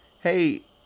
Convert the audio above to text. Hey